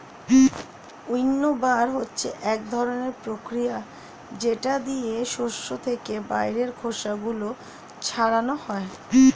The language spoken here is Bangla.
উইন্নবার হচ্ছে এক ধরনের প্রতিক্রিয়া যেটা দিয়ে শস্য থেকে বাইরের খোসা গুলো ছাড়ানো হয়